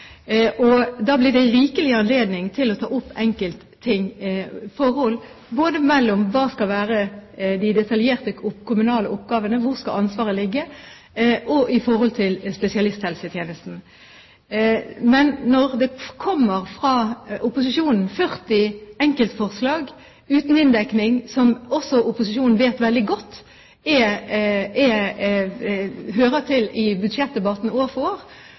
viktig. Da blir det rikelig anledning til å ta opp enkeltforhold, både hva de detaljerte oppgavene skal være, hvor ansvaret skal ligge, og når det gjelder spesialisthelsetjenesten. Men når det kommer 40 enkeltforslag uten inndekning fra opposisjonen, som opposisjonen veldig godt vet hører til i budsjettdebatten år for år,